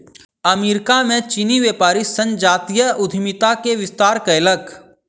America में चीनी व्यापारी संजातीय उद्यमिता के विस्तार कयलक